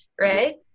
right